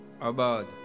Abad